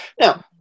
now